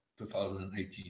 2018